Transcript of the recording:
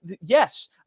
yes